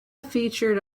featured